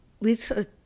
Lisa